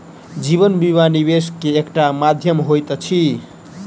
जीवन बीमा, निवेश के एकटा माध्यम होइत अछि